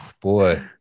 boy